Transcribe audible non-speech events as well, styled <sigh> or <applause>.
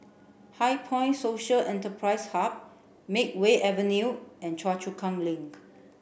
HighPoint Social Enterprise Hub Makeway Avenue and <unintelligible> Chu Kang Link